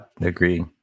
agree